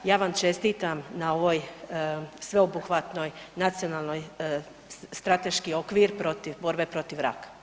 Ja vam čestitam na ovoj sveobuhvatnoj Nacionalnoj strateški okvir protiv borbe protiv raka.